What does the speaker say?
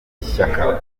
shyaka